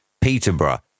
Peterborough